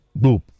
boop